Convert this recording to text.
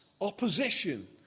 ...opposition